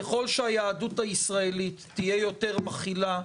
ככול שהיהדות הישראלית תהיה יותר מכילה,